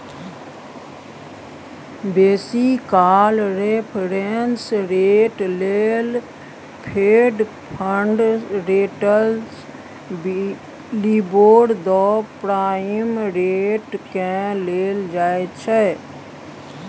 बेसी काल reference rate लेल fed fund rates, LIBOR, the prime रेटकेँ लेल जाइ छै